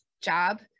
job